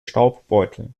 staubbeutel